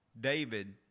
David